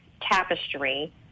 tapestry